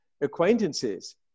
Acquaintances